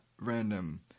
random